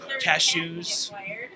cashews